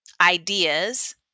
ideas